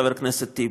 חבר הכנסת טיבי,